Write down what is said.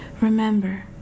Remember